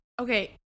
Okay